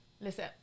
Listen